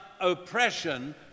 oppression